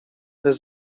bez